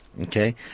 Okay